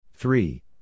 Three